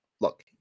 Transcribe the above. look